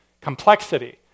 complexity